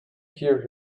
cure